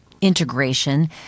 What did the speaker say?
integration